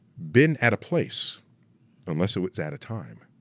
been at a place unless it was at a time.